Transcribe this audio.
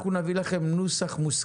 יש לך דקה.